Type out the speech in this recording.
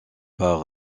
par